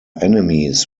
enemies